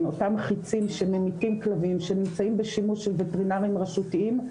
אותם חיצים שממיתים כלבים שנמצאים בשימוש של וטרינרים רשותיים,